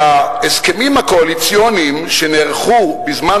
שההסכמים הקואליציוניים שנערכו בזמן